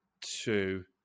two